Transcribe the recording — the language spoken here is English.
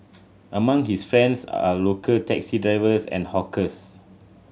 among his friends are local taxi drivers and hawkers